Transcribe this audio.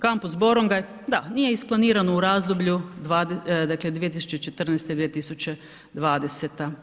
Kampus Borongaj, da, nije isplaniran u razdoblju dakle 2014.-2020.